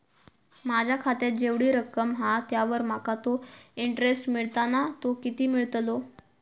माझ्या खात्यात जेवढी रक्कम हा त्यावर माका तो इंटरेस्ट मिळता ना तो किती मिळतलो?